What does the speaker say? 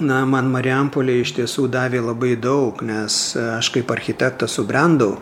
na man marijampolė iš tiesų davė labai daug nes aš kaip architektas subrendau